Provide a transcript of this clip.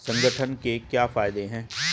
संगठन के क्या फायदें हैं?